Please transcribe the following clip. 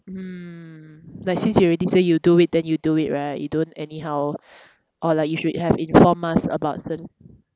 mm like since you already say you'll do it then you do it right you don't anyhow or like you should have informed us about cert~